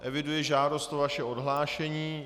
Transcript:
Eviduji žádost o vaše odhlášení.